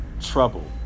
trouble